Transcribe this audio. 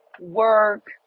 work